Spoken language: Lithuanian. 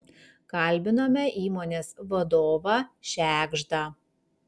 kalbinome įmonės vadovą šegždą